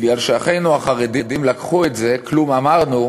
בגלל שאחינו החרדים לקחו את זה כמו אמרנו